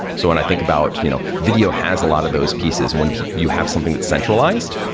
so when i think about you know video has a lot of those pieces and when you have something that centralized,